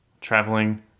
traveling